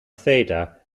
theta